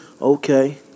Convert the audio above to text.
Okay